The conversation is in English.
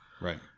Right